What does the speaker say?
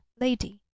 lady